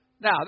Now